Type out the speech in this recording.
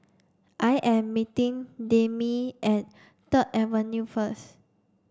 I am meeting Demi at Third Avenue first